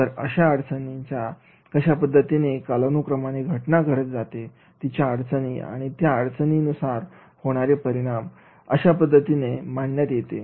तर अशा पद्धतीने कालानुक्रमाने एखादी घटना तिच्या समस्याआणि त्या अडचणींपासून होणारे परिणाम अशापद्धतीने मांडण्यात येते